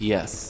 Yes